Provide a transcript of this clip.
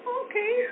okay